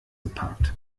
geparkt